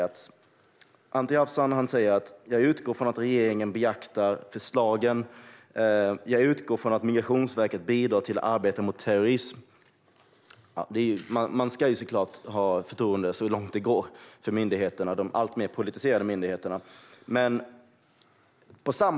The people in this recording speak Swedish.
Anti Avsan utgår från att regeringen beaktar förslagen och att Migrationsverket bidrar till arbetet mot terrorism. Vi ska såklart ha förtroende för de alltmer politiserade myndigheterna så långt det nu går.